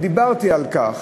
דיברתי על כך